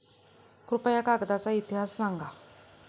कृपया कागदाचा इतिहास सांगा